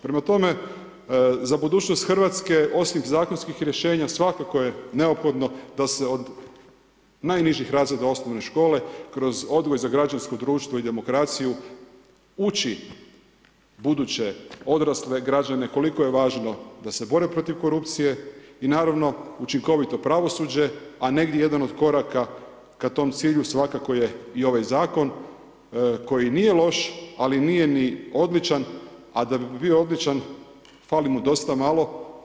Prema tome, za budućnost Hrvatske, osim zakonskih rješenja, svakako je neophodno, da se od najnižih razreda osnovne škole, kroz odgoj za građansko društvo i demokraciju ući buduće odrasle građane, koliko je važno da se bore protiv korupcije i naravno učinkovito pravosuđe, a negdje jedan od koraka ka tom cilju, svakako je i ovaj zakon, koji nije loš nije ni odličan da bi bio odlučan, fali mu dosta malo.